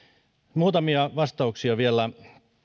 muutamia vastauksia vielä